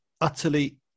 utterly